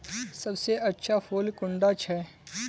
सबसे अच्छा फुल कुंडा छै?